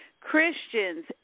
Christians